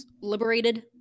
liberated